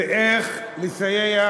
איך לסייע